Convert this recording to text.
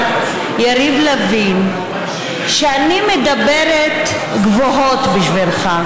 יריב לוין שאני מדברת גבוהות בשבילך.